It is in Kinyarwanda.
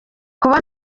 kuba